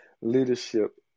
leadership